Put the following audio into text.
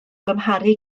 gymharu